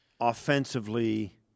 offensively